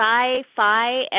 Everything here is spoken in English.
Sci-Fi